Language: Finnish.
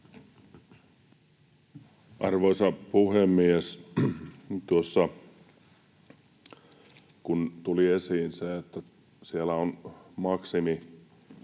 Arvoisa puhemies! Tuossa tuli esiin se, että siellä on maksimisumma,